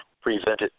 presented